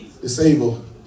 disabled